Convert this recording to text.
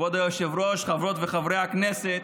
כבוד היושב-ראש, חברות וחברי הכנסת,